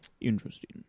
Interesting